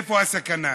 איפה הסכנה?